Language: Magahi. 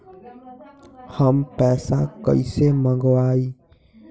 हम पैसा कईसे मंगवाई?